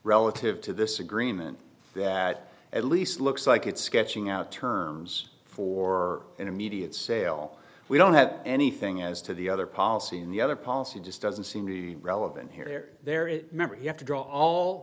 relative to this agreement that at least looks like it sketching out terms for an immediate sale we don't have anything as to the other policy in the other policy just doesn't seem to be relevant here there is a member you have to draw all